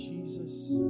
Jesus